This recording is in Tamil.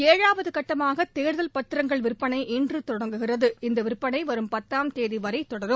ஏழாவது கட்டமாக தே்தல் பத்திரங்கள் விற்பனை இன்று தொடங்குகிறது இந்த விற்பனை வரும் பத்தாம் தேதி வரை தொடரும்